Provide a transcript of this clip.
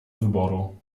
wyboru